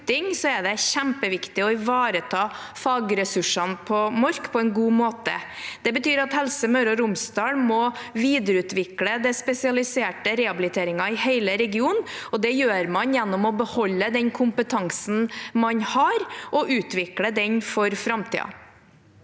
er det kjempeviktig å ivareta fagressursene på Mork på en god måte. Det betyr at Helse Møre og Romsdal må videreutvikle den spesialiserte rehabiliteringen i hele regionen, og det gjør man gjennom å beholde den kompetansen man har, og utvikle den for framtiden.